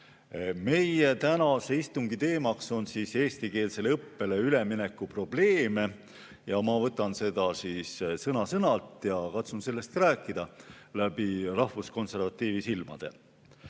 Meie tänase istungi teema on "Eestikeelsele õppele ülemineku probleeme". Ma võtan seda sõna-sõnalt ja katsun sellest rääkida läbi rahvuskonservatiivi silmade.